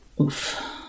Oof